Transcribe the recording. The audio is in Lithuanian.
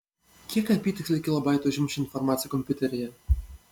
kiek apytiksliai kilobaitų užims ši informacija kompiuteryje